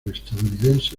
estadounidense